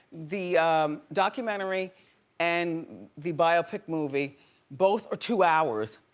the documentary and the biopic movie both are two hours,